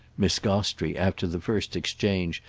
miss gostrey, after the first exchange,